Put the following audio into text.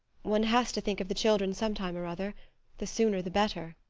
one has to think of the children some time or other the sooner the better.